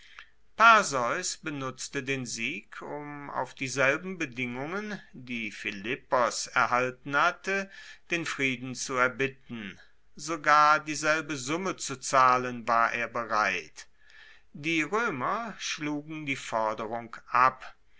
perseus benutzte den sieg um auf dieselben bedingungen die philippos erhalten hatte den frieden zu erbitten sogar dieselbe summe zu zahlen war er bereit die roemer schlugen die forderung ab